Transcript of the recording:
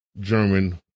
German